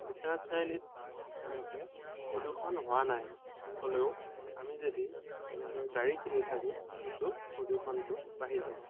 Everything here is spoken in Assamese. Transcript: বিশ্বনাথ চাৰিআলিত তেনেকৈ প্ৰদূষণ হোৱা নাই হ'লেও আমি যদি তেনেকৈ গাড়ী কিনি থাকোঁ কিন্তু প্ৰদূষণটো বাঢ়ি যাব